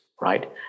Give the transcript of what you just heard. right